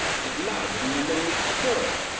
it is larger than the one we destroyed.